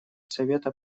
совета